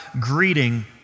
greeting